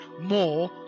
more